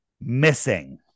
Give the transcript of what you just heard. missing